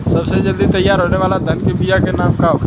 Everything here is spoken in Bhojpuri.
सबसे जल्दी तैयार होने वाला धान के बिया का का नाम होखेला?